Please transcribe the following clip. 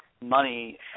money